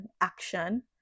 action